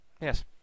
Yes